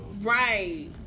Right